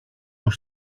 που